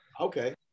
okay